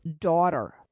daughter